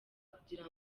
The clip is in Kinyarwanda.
kugira